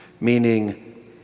Meaning